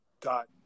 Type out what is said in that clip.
got